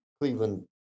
Cleveland